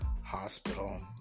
Hospital